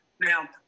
now